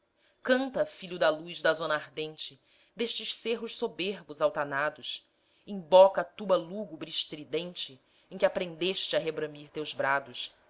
canta filho da luz da zona ardente destes cerros soberbos altanados emboca a tuba lúgubre estridente em que aprendeste a rebramir teus brados